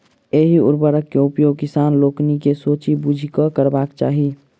एहि उर्वरक के उपयोग किसान लोकनि के सोचि बुझि कअ करबाक चाही